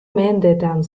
mendeetan